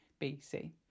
BC